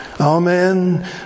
Amen